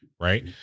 right